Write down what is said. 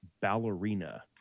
ballerina